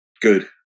good